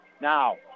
Now